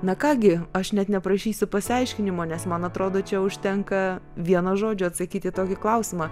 na ką gi aš net neprašysiu pasiaiškinimo nes man atrodo čia užtenka vieno žodžio atsakyti į tokį klausimą